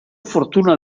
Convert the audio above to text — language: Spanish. fortuna